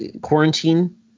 quarantine